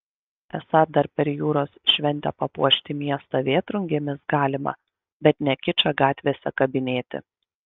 esą dar per jūros šventę papuošti miestą vėtrungėmis galima bet ne kičą gatvėse kabinėti